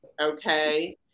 okay